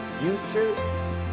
future